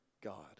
God